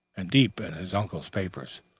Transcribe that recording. and deep in his uncle's papers.